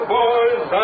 boys